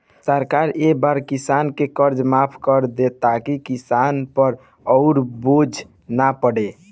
सरकार ए बार किसान के कर्जा माफ कर दि ताकि किसान पर अउर बोझ ना पड़े